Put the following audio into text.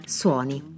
suoni